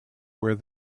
where